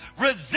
Resist